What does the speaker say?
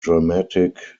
dramatic